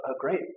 great